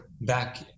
back